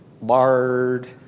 lard